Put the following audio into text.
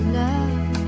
love